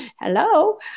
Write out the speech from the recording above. hello